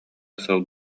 сыл